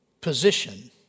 position